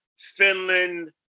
Finland